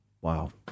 Wow